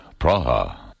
Praha